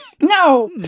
No